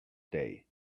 day